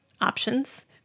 options